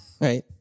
right